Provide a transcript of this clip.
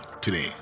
today